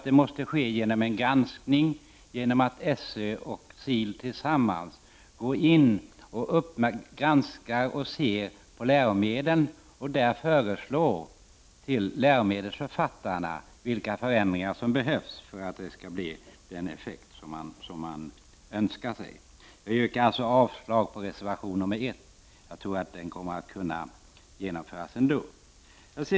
Det måste i stället ske en granskning, så till vida att SÖ och SIL tillsammans granskar läromedel och föreslår läromedelsförfattarna vilka förändringar som behövs för att det skall bli den effekt man önskar sig. Jag yrkar avslag på reservation nr 1. Jag tror att vad som där föreslås kommer att kunna genomföras ändå.